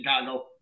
Chicago